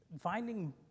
finding